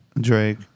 Drake